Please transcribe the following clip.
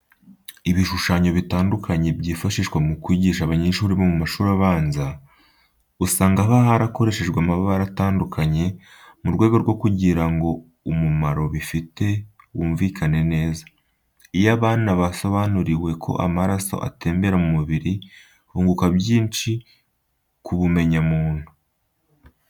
Ibishushanyo bitandukanye byifashishwa mu kwigisha abanyeshuri bo mu mashuri abanza, usanga haba harakoreshejwe amabara atandukanye mu rwego rwo kugira ngo umumaro bifite wumvikane neza. Iyo abana basobanuriwe uko amaraso atembera mu mubiri bunguka byinshi ku bumenyamuntu.